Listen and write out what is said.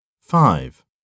Five